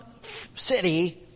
city